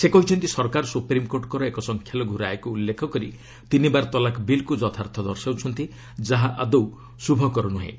ସେ କହିଛନ୍ତି ସରକାର ସୁପ୍ରିମ୍କୋର୍ଟଙ୍କର ଏକ ସଂଖ୍ୟାଲଘୁ ରାୟକୁ ଉଲ୍ଲେଖ କରି ତିନିବାର ତଲାକ୍ ବିଲ୍କୁ ଯଥାର୍ଥ ଦର୍ଶାଉଛନ୍ତି ଯାହା ଆଦୌ ଶୁଭଙ୍କର ନୁହେଁ